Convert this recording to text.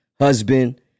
husband